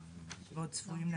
השנה, ועוד צפויים להגיע.